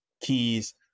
keys